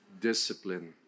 discipline